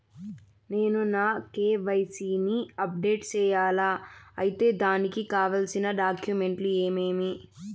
నేను నా కె.వై.సి ని అప్డేట్ సేయాలా? అయితే దానికి కావాల్సిన డాక్యుమెంట్లు ఏమేమీ?